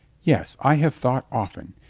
yes, i have thought often.